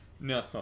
no